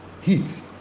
heat